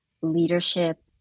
leadership